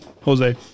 Jose